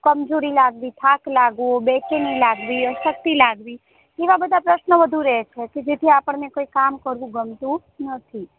કમજોરી લાગવી થાક લાગવો બેચેની લાગવી અશક્તિ લાગવી એવા બધાં પ્રશ્નો વધુ રહે છે જેથી આપણને કોઈ કામ કરવું ગમતું નથી